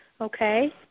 Okay